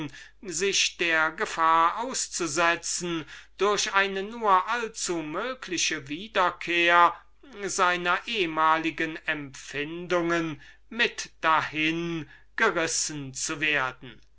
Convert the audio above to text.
sich der gefahr auszusetzen durch eine nur allzumögliche wiederkehr seiner ehmaligen empfindungen mit dahin gerissen zu werden